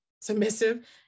submissive